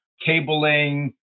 cabling